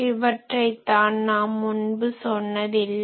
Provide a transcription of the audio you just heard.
இவற்றை தான் நாம் முன்பு சொன்னதில்லை